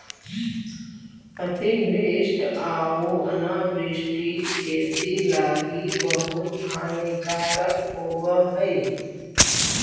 अतिवृष्टि आउ अनावृष्टि खेती लागी बहुत हानिकारक होब हई